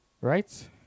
Right